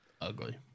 ugly